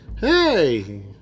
hey